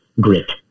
grit